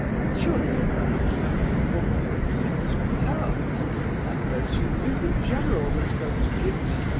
surely you could not marry a woman who accepts pearls like those you knew the general was going to give me,